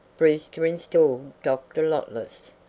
brewster installed dr. lotless,